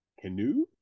Canoe